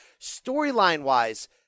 Storyline-wise